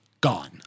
gone